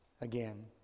Again